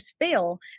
fail